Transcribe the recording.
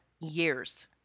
years